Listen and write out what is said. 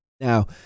Now